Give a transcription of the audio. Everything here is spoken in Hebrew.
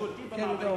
שולטות במעברים,